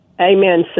Amen